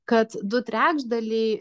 kad du trečdaliai